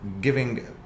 giving